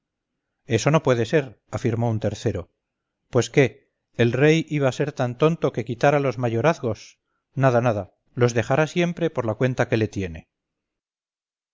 eso no puede ser afirmó un tercero pues qué el rey iba a ser tan tonto que quitara los mayorazgos nada nada los dejará siempre por la cuenta que le tiene